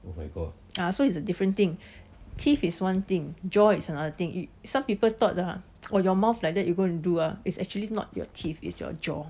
ah so it's a different thing teeth is one thing jaw is another thing some people thought ah the your mouth like you go and do ah is actually not your teeth is your jaw